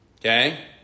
Okay